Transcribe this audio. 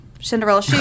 Cinderella